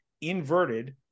inverted